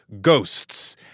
ghosts